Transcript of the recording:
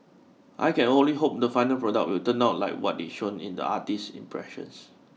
I can only hope the final product will turn out like what is shown in the artist's impressions